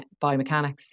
biomechanics